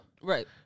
right